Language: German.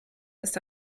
ist